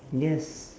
yes